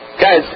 Guys